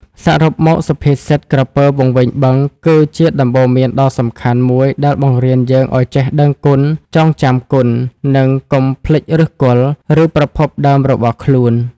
សរុបមក សុភាសិត "ក្រពើវង្វេងបឹង" គឺជាដំបូន្មានដ៏សំខាន់មួយដែលបង្រៀនយើងឱ្យចេះដឹងគុណ ចងចាំគុណ និងកុំភ្លេចឫសគល់ ឬប្រភពដើមរបស់ខ្លួន។